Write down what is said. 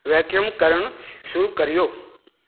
vacuum करण शुरू करियो